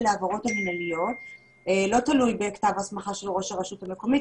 העבירות המנהליות לא תלוי בהסמכה של ראש הרשות המקומית,